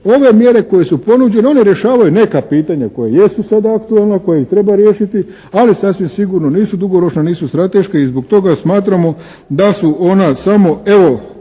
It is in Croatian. ove mjere koje su ponuđene, one rješavaju neka pitanja koja jesu sad aktualna, koja treba riješiti, ali sasvim sigurno nisu dugoročna, nisu strateška i zbog toga smatramo da su ona samo evo